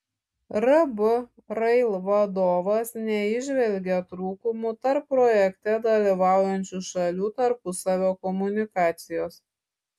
rb rail vadovas neįžvelgė trūkumų tarp projekte dalyvaujančių šalių tarpusavio komunikacijos